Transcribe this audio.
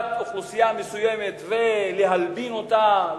לקבוצת אוכלוסייה מסוימת ולהלבין את מעשיה,